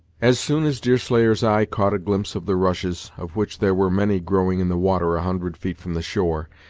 as soon as deerslayer's eye caught a glimpse of the rushes, of which there were many growing in the water a hundred feet from the shore,